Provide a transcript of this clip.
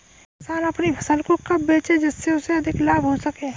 किसान अपनी फसल को कब बेचे जिसे उन्हें अधिक लाभ हो सके?